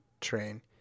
train